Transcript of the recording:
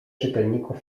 czytelników